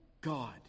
God